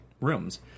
rooms